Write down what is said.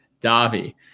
Davi